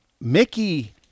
Mickey